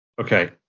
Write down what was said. Okay